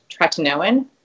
tretinoin